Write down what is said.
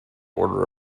order